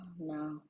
no